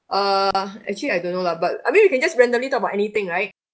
err actually I don't know lah but I mean we can just randomly talk about anything right